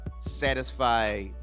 satisfy